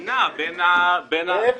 היא נעה בין --- שר העבודה,